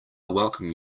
welcome